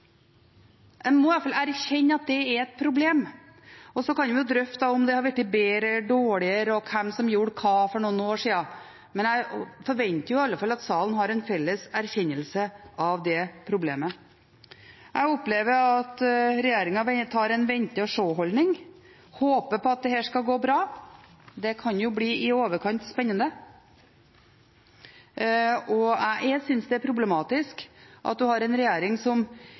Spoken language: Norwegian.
En må i hvert fall erkjenne at det er et problem. Så kan vi drøfte om det har blitt bedre eller dårligere, og hvem som gjorde hva for noen år siden, men jeg forventer i alle fall at salen har en felles erkjennelse av det problemet. Jeg opplever at regjeringen har en vente-og-se-holdning og håper på at dette skal gå bra. Det kan bli i overkant spennende. Jeg synes det er problematisk at vi har en regjering som